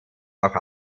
auch